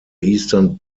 eastern